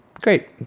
Great